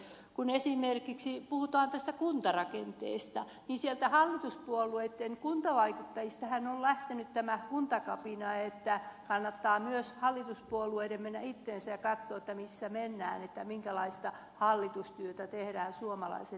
kun esimerkiksi puhutaan tästä kuntarakenteesta niin sieltä hallituspuolueitten kuntavaikuttajistahan on lähtenyt tämä kuntakapina niin että kannattaa myös hallituspuolueiden mennä itseensä ja katsoa missä mennään minkälaista hallitustyötä tehdään suomalaisen ihmisen eteen